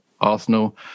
Arsenal